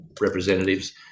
representatives